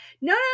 no